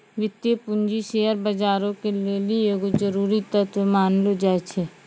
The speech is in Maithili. वित्तीय पूंजी शेयर बजारो के लेली एगो जरुरी तत्व मानलो जाय छै